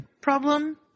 problem